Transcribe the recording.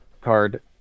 card